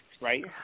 Right